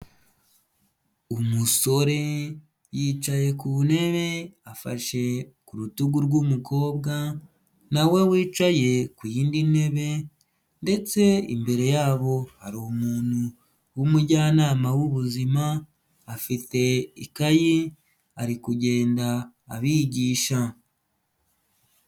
Umusore yicaye ku ntebe afashe ku rutugu rw'umukobwa na we wicaye ku yindi ntebe ndetse imbere yabo hari umuntu w'umujyanama w'ubuzima afite ikayi ari kugenda abigisha.